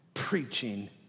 preaching